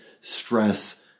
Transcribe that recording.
stress